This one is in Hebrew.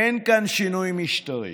אין כאן שינוי משטרי.